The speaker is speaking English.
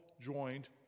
joined